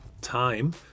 time